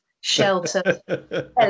shelter